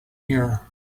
here